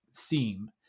theme